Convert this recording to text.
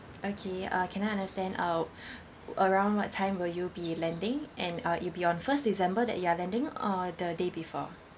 okay uh can I understand uh around what time will you be landing and uh it'll be on first december that you are landing or the day before